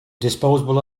disposable